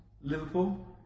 Liverpool